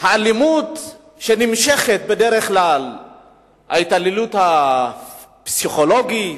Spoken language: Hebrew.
האלימות שנמשכת, בדרך כלל ההתעללות הפסיכולוגית,